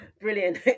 brilliant